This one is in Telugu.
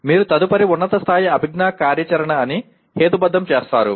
మీరు తదుపరి ఉన్నత స్థాయి అభిజ్ఞా కార్యాచరణ అని హేతుబద్ధం చేస్తారు